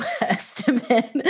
estimate